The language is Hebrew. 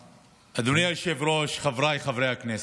אדוני היושב-ראש, חבריי חברי הכנסת,